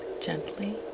gently